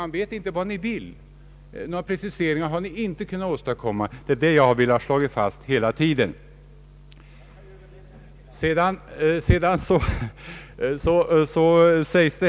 Man vet inte vad ni vill. Ni har inte kunnat åstadkomma några preciseringar. Det är detta jag hela tiden velat slå fast.